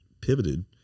pivoted